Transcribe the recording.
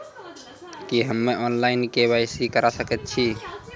की हम्मे online, KYC करा सकैत छी?